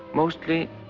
mostly,